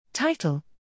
Title